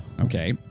Okay